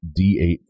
D8